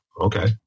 okay